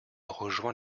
rejoint